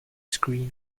screen